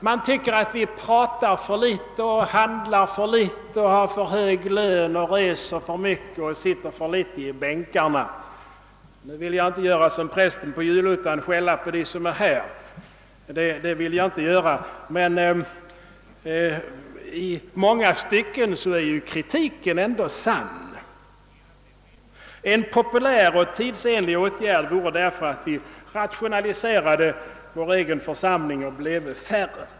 Man tycker att vi talar för mycket och handlar för litet, har för hög lön, reser för mycket och sitter för sällan i bänkarna. — Nu vill jag emellertid inte göra som prästen på julottan, d. v. s. skälla på de närvarande; men i vissa stycken är väl kritiken ändå sann. En populär och tidsenlig åtgärd vore därför att vi rationaliserade vår egen församling och bleve färre!